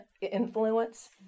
influence